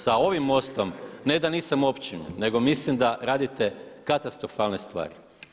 Sa ovim MOST-om ne da nisam opčinjen, nego mislim da radite katastrofalne stvari.